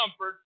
comfort